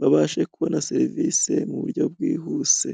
babashe kubona serivisi mu buryo bwihuse.